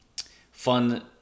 fun